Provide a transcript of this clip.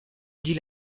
dit